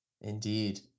Indeed